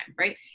right